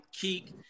Keek